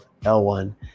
L1